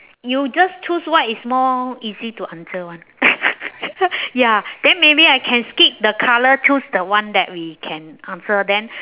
you just choose what is more easy to answer one ya then maybe I can skip the colour choose the one that we can answer then